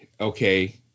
okay